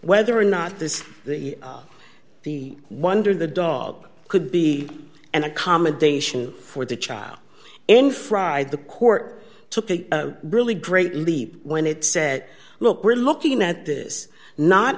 whether or not this the wonder the dog could be an accommodation for the child in fried the court took a really great leap when it said look we're looking at this not